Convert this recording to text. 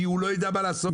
כי הוא לא יידע מה לעשות.